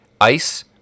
ice